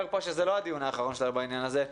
שזה לא הדיון האחרון שלנו בנושא הזה.